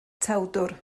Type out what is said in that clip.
tewdwr